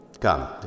Come